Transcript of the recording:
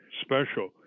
special